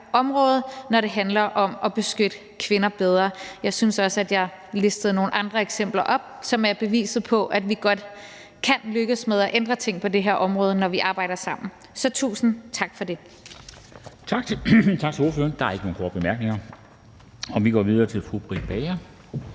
område, når det handler om at beskytte kvinder bedre. Jeg synes også, at jeg listede nogle andre eksempler op, som er beviset på, at vi godt kan lykkes med at ændre ting på det her område, når vi arbejder sammen. Så tusind tak for det. Kl. 14:52 Formanden (Henrik Dam Kristensen): Tak til ordføreren. Der er ikke nogen korte bemærkninger. Vi går videre til fru Britt Bager,